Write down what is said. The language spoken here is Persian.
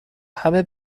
همه